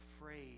afraid